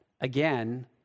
again